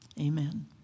amen